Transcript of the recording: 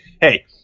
hey